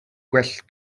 gwell